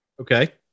Okay